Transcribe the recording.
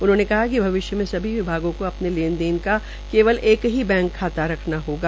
उन्होंने बताया कि भविष्य में सभी विभागों को अपने लेन देन का केवल एक ही बैंक खाता रखना होगा